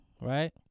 Right